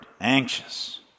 anxious